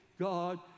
God